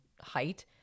height